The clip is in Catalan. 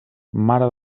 mare